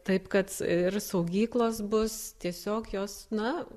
taip kad ir saugyklos bus tiesiog jos na